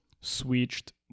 switched